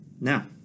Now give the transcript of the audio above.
Now